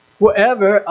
whoever